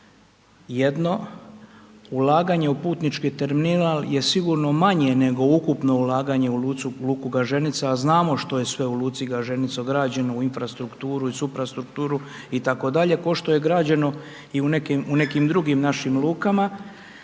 jedno, ulaganje u putnički terminal je sigurno manje nego ukupno ulaganje u luku Gaženica, a znamo što je sve u luci Gaženica građeno, u infrastrukturu i suprastrukturu itd., kao što je građeno i u nekim drugim našim lukama,